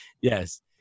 Yes